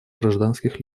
гражданских